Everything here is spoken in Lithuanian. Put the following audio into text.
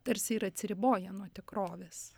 tarsi ir atsiriboja nuo tikrovės